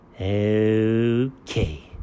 Okay